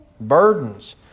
burdens